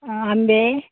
आंबे